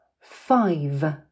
Five